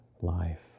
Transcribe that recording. life